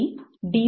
C D